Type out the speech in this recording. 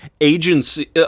agency